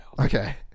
Okay